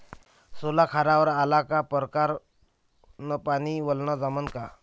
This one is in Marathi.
सोला खारावर आला का परकारं न पानी वलनं जमन का?